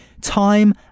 Time